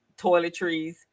toiletries